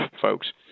folks